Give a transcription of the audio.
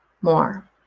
more